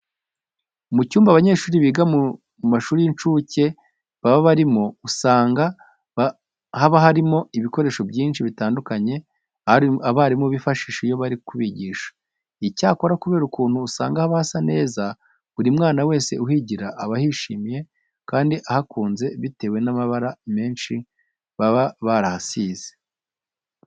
Mu cyumba abanyeshuri biga mu mashuri y'incuke baba barimo, usanga haba harimo ibikoresho byinshi bitandukanye abarimu bifashisha iyo bari kubigisha. Icyakora kubera ukuntu usanga haba hasa neza buri mwana wese uhigira aba ahishimiye, kandi ahakunze bitewe n'amabara menshi baba barahasize.